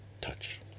touch